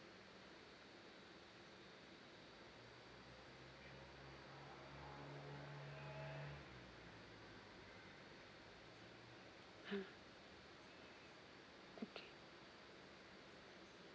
ha okay